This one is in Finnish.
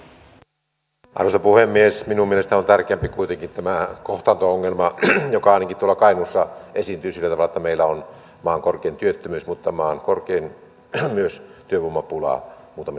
minun mielestäni on tärkeämpi kuitenkin tämä kohtaanto ongelma joka ainakin tuolla kainuussa esiintyy sillä tavalla että meillä on maan korkein työttömyys mutta myös maan korkein työvoimapula muutamilla aloilla